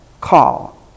call